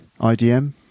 IDM